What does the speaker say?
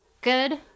good